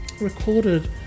recorded